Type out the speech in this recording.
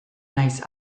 nahiz